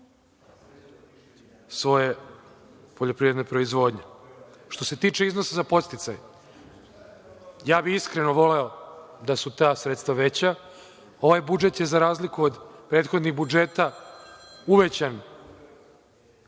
svoje poljoprivredne proizvodnje. Što se tiče iznosa za podsticaj, ja bih iskreno voleo da su ta sredstva veća. Ovaj budžet je, za razliku od prethodnih budžeta, uvećan,